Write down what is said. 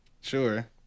Sure